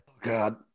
God